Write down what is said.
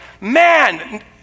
man